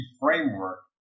framework